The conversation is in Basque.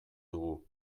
dugu